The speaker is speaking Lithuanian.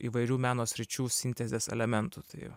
įvairių meno sričių sintezės elementų tai va